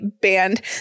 band